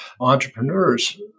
entrepreneurs